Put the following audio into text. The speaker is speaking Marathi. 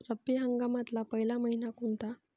रब्बी हंगामातला पयला मइना कोनता?